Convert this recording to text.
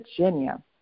Virginia